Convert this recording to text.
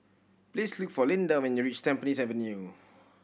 please look for Lynda when you reach Tampines Avenue